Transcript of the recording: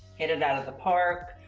hit it out of the park.